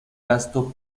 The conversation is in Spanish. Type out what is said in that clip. gasto